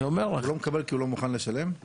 הוא לא מקבל כי הוא לא מוכן לשלם?